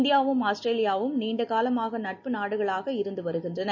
இந்தியாவும் ஆஸ்திரேலியாவும் நீண்ட காலமாக நட்பு நாடுகளாக இருந்து வருகின்றன